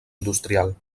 industrial